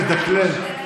מדקלם.